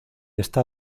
está